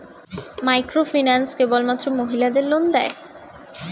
Microfinance কেবলমাত্র মহিলাদের loan দেয়?